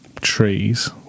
Trees